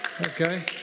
Okay